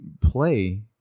play